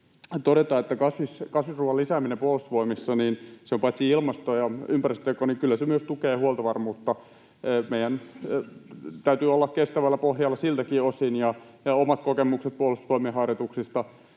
todeta, että kasvisruoan lisääminen Puolustusvoimissa paitsi on ilmasto- ja ympäristöteko kyllä myös tukee huoltovarmuutta. Meidän täytyy olla kestävällä pohjalla siltäkin osin. Ja omat kokemukseni Puolustusvoimien harjoituksista,